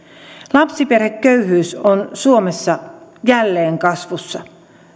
lapsiperheköyhyys on suomessa jälleen kasvussa